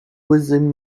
within